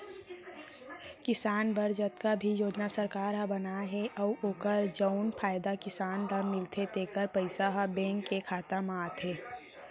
किसान बर जतका भी योजना सरकार ह बनाए हे अउ ओकर जउन फायदा किसान ल मिलथे तेकर पइसा ह बेंक के खाता म आथे